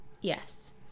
Yes